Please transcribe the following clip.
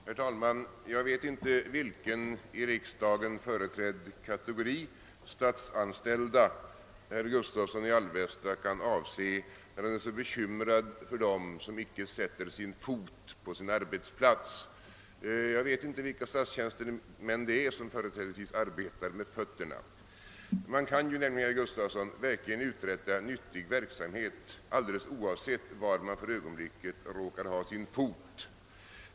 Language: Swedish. Herr talman! Jag vet inte vilken i riksdagen företrädd kategori statsanställda herr Gustavsson i Alvesta kan avse då han är så bekymrad för dem som inte sätter sin fot på sin arbetsplats; jag känner inte till vilka statstjänstemän som företrädesvis arbetar med fötterna. Man kan nämligen, herr Gustavsson, verkligen utföra nyttig verksamhet alldeles oavsett var man för ögonblicket råkar ha sin fot.